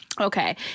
Okay